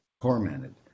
tormented